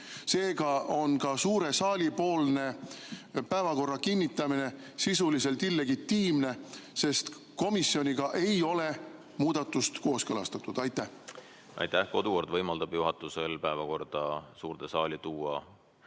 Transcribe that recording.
Seega on ka suure saali poolne päevakorra kinnitamine sisuliselt illegitiimne, sest komisjoniga ei ole muudatust kooskõlastatud. Aitäh! Kodukord võimaldab juhatusel päevakorda suurde saali tuua